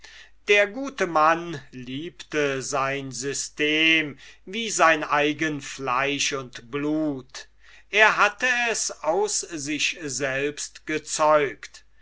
der gute mann liebte sein system wie sein eigen fleisch und blut er hatte es aus sich selbst gezeugt